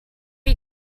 you